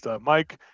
Mike